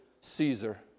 Caesar